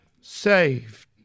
saved